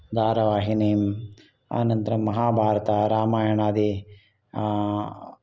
धारावहिनीं अनन्तरं महाभारतरामायणादि